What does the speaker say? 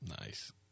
Nice